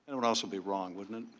and would also be wrong, wouldn't it?